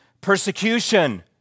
Persecution